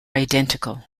identical